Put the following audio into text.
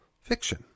fiction